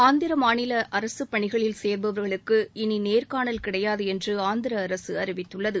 ஆந்திர மாநில அரசுப் பணிகளில் சேர்பவர்களுக்கு இனி நேர்காணல் கிடையாது என்று ஆந்திர அரசு அறிவித்துள்ளது